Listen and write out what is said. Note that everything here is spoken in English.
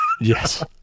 Yes